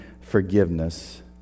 forgiveness